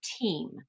team